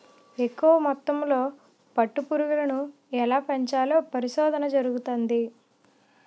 ఎక్కువ మొత్తంలో పట్టు పురుగులను ఎలా పెంచాలో పరిశోధన జరుగుతంది